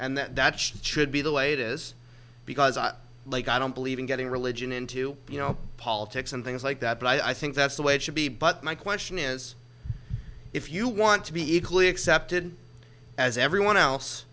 and that should be the latest because i like i don't believe in getting religion into you know politics and things like that but i think that's the way it should be but my question is if you want to be equally accepted as everyone else